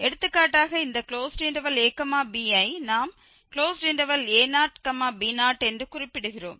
எடுத்துக்காட்டாக இந்த ab ஐ நாம் a0b0 என்று குறிப்பிடுகிறோம்